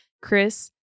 Chris